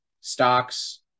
Stocks